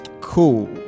Cool